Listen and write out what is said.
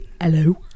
Hello